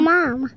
Mom